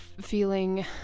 feeling